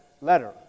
letter